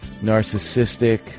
narcissistic